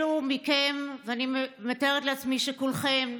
אלו מכם, ואני מתארת לעצמי שכולכם,